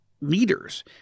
leaders